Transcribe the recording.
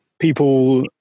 People